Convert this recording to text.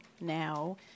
now